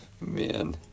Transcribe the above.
man